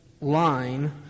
line